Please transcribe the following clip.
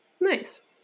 Nice